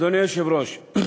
אדוני היושב-ראש,